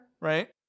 right